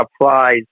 applies